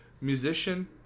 musician